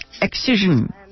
Excision